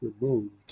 removed